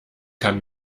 kann